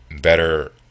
better